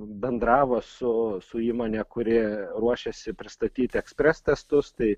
bendravo su su įmone kuri ruošiasi pristatyt ekspres testus tai